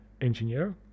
engineer